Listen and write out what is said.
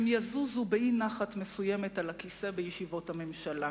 הם יזוזו באי-נחת מסוימת על הכיסא בישיבות הממשלה.